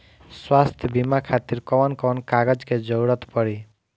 स्वास्थ्य बीमा खातिर कवन कवन कागज के जरुरत पड़ी?